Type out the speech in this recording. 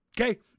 Okay